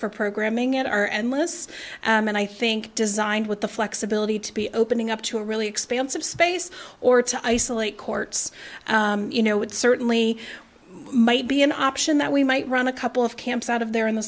for programming at are and less and i think designed with the flexibility to be opening up to a really expansive space or to isolate courts you know it certainly might be an option that we might run a couple of camps out of there in the